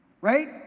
Right